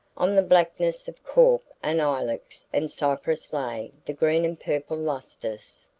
on the blackness of cork and ilex and cypress lay the green and purple lustres,